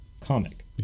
comic